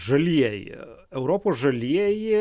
žalieji europos žalieji